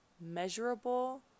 measurable